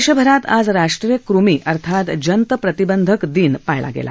देशभरात आज राष्ट्रीय कुमी अर्थात जंत प्रतिबंधक दिन पाळला गेला